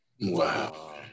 Wow